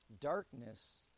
darkness